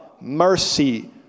mercy